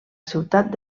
ciutat